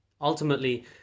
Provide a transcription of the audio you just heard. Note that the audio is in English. Ultimately